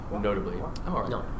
notably